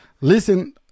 listen